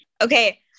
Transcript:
Okay